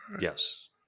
Yes